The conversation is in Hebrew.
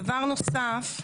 דבר נוסף,